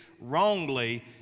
wrongly